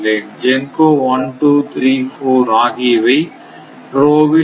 GENCO 1 2 3 4 ஆகியவை row வில் இருக்கும்